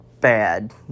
bad